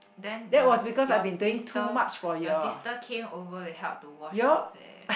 then the s~ your sister your sister came over to help to wash clothes eh